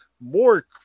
More